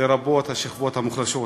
לרבות השכבות המוחלשות.